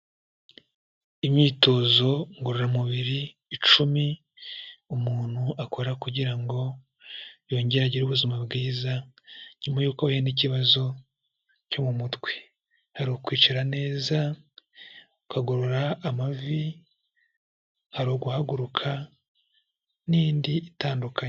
Imyitozo ngororamubiri icumi, umuntu akora kugira ngo yongere agire ubuzima bwiza nyuma y'uko ahuye n'ikibazo cyo mu mutwe, hari ukwicara neza ukagorora amavi, hari uguhaguruka n'indi itandukanye.